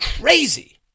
crazy